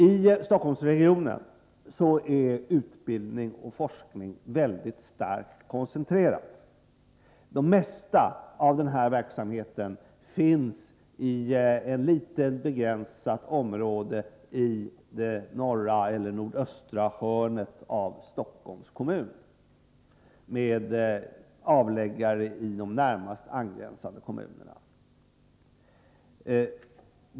I Stockholmsregionen är utbildning och forskning väldigt starkt koncentrerade. Det mesta av dessa verksamheter finns i ett litet, begränsat område i norra eller nordöstra hörnet av Stockholms kommun, med avläggare i de närmast angränsande kommunerna.